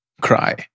cry